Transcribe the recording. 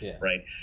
right